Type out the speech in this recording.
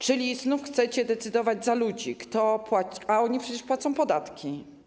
Czyli znów chcecie decydować za ludzi, a oni przecież płacą podatki.